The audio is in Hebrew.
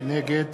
נגד